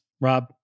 Rob